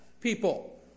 people